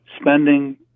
spending